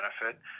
benefit